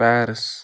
Paris